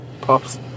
Pops